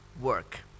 work